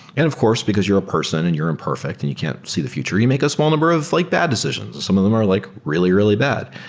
and of course, because you're a person and you're imperfect and you can't see the future, you make a small number of like bad decisions. some of them are like really, really bad.